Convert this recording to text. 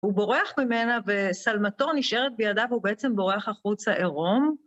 הוא בורח ממנה ושלמתו נשארת בידיו, הוא בעצם בורח החוצה עירום.